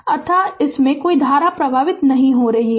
अतः इसमें से कोई धारा प्रवाहित नहीं हो रही है